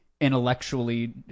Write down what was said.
intellectually